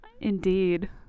Indeed